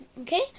Okay